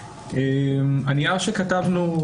הנייר שכתבנו,